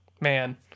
man